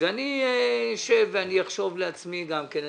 ואני אשב ואחשוב לעצמי גם כן.